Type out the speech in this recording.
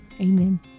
Amen